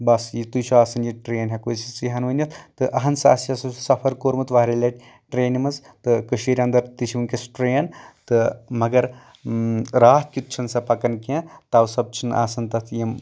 بس یِتُے چھُ آسان یہِ ٹرین ہٮ۪کو أسۍ یِژے ہن ؤنِتھ تہٕ اَہن سا اَسہِ ہسا اوس سفر کوٚرمُت واریاہ لَٹہِ ترینہِ منٛز کٔشیٖر اندَر تہِ چھِ ؤنٛکیٚس ٹرین تہٕ مگر راتھ کیُتھ چھےٚ نہٕ سۄ پَکان کیٚنٛہہ تو سب چھ نہٕ آسان تَتھ یِم